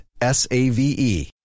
S-A-V-E